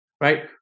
right